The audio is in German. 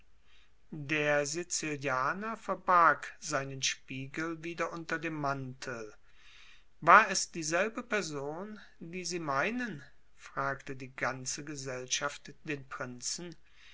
der sizilianer verbarg seinen spiegel wieder unter dem mantel war es dieselbe person die sie meinen fragte die ganze gesellschaft den prinzen